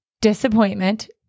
disappointment